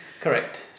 Correct